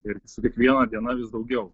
ir su kiekviena diena vis daugiau